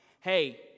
hey